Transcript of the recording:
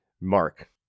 Mark